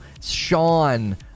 Sean